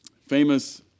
Famous